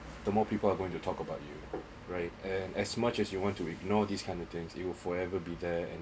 the more people are going to talk about right and as much as you want to ignore this kind of things it will forever be there and